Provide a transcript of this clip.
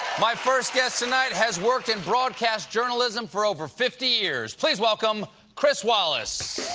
my first guest tonight has worked in broadcast journalism for over fifty years. please welcome chris wallace!